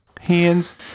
Hands